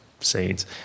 seeds